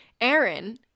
aaron